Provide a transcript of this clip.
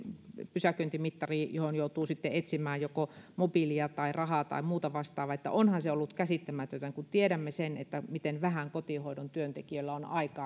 pysäköintimittari johon joutuu sitten etsimään joko mobiilia tai rahaa tai muuta vastaavaa onhan se ollut käsittämätöntä kun tiedämme sen miten vähän aikaa kotihoidon työntekijöillä on